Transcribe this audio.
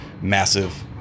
massive